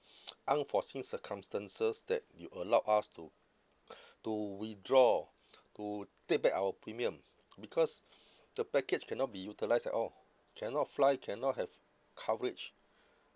unforeseen circumstances that you allow us to to withdraw to take back our premium because the package cannot be utilised at all cannot fly cannot have coverage